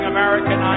American